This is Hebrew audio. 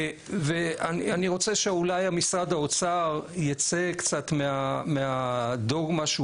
אני רוצה שאולי משרד האוצר ייצא קצת מהדורמה שהוא